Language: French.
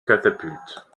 catapultes